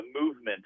movement